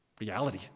reality